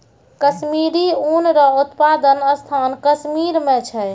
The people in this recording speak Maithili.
कश्मीरी ऊन रो उप्तादन स्थान कश्मीर मे छै